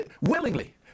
willingly